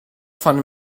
von